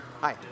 Hi